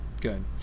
good